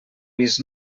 vist